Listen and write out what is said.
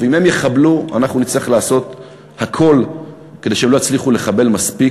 ואם הם יחבלו אנחנו נצטרך לעשות הכול כדי שהם לא יצליחו לחבל מספיק.